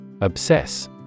Obsess